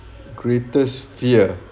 greatest fear